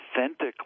Authentically